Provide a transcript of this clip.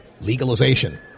Legalization